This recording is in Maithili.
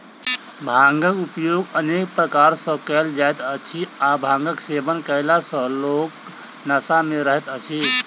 भांगक उपयोग अनेक प्रकार सॅ कयल जाइत अछि आ भांगक सेवन कयला सॅ लोक निसा मे रहैत अछि